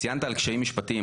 ציינת על קשיים משפטיים,